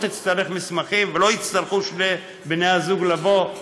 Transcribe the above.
לא תצטרך מסמכים ולא יצטרכו שני בני הזוג לבוא.